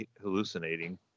hallucinating